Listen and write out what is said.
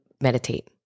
meditate